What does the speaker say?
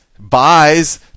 Buys